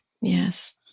Yes